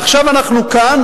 עכשיו אנחנו כאן,